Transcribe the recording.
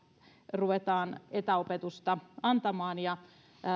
ruvetaan etäopetusta antamaan ja